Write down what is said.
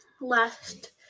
last